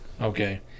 Okay